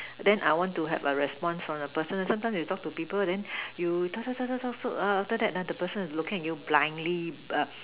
then I want to have a response from the person then sometime you talk to people then you talk talk talk talk and after that the person is looking at you blindly err